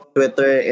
Twitter